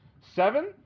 Seven